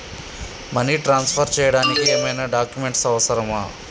Money transfer చేయడానికి ఏమైనా documents అవసరమా?